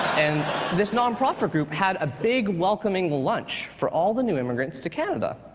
and this non-profit group had a big welcoming lunch for all the new immigrants to canada.